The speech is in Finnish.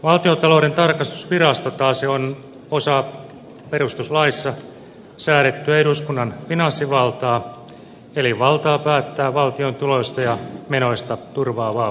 valtiontalouden tarkastusvirasto taas on osa perustuslaissa säädettyä eduskunnan finanssivaltaa eli valtaa päättää valtion tuloista ja menoista turvaavaa järjestelyä